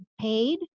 paid